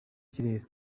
kirere